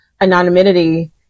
anonymity